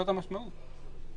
זאת המשמעות.